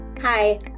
hi